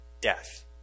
death